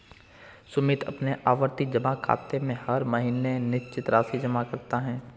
सुमित अपने आवर्ती जमा खाते में हर महीने निश्चित राशि जमा करता है